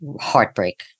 heartbreak